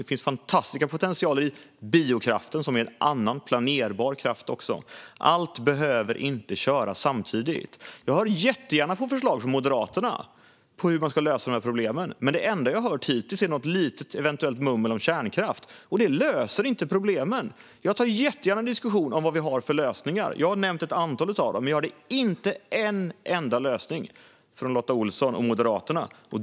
Det finns en fantastisk potential i biokraften, som är en annan planerbar kraft. Allt behöver inte köras samtidigt. Jag hör jättegärna på förslag från Moderaterna om hur man ska lösa de här problemen, men det enda jag har hört hittills är något mummel om kärnkraft, och det löser inte problemen. Jag tar jättegärna en diskussion om vad vi har för lösningar. Jag har nämnt ett antal av dem, men jag hörde inte en enda lösning från Lotta Olsson och Moderaterna.